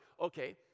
okay